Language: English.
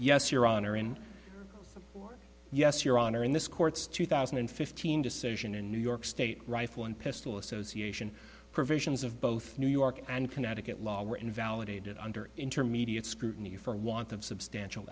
yes your honor and yes your honor in this court's two thousand and fifteen decision in new york state rifle and pistol association provisions of both new york and connecticut law were invalidated under intermediate scrutiny for want of substantial